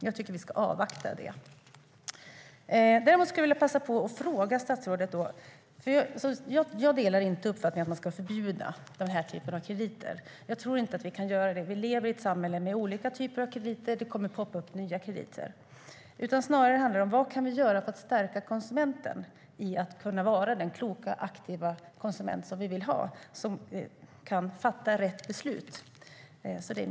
Jag tycker att vi ska avvakta det. Jag skulle däremot vilja passa på att ställa en fråga till statsrådet. Jag delar inte uppfattningen att man ska förbjuda den här typen av krediter. Jag tror inte att vi kan göra det. Vi lever nämligen i ett samhälle med olika typer av krediter och där det kommer att poppa upp nya krediter. Det handlar snarare om: Vad kan vi göra för att stärka konsumenten i att kunna vara den kloka, aktiva konsument som vi vill ha och som kan fatta rätt beslut?